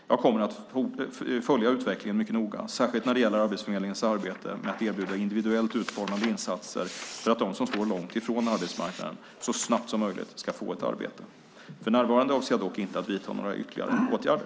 Jag kommer att följa utvecklingen mycket noga, särskilt när det gäller Arbetsförmedlingens arbete med att erbjuda individuellt utformade insatser för att de som står långt från arbetsmarknaden så snabbt som möjligt ska få ett arbete. För närvarande avser jag dock inte att vidta några ytterligare åtgärder.